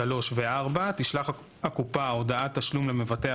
(3) ו-(4) תשלח הקופה הודעת תשלום למבטח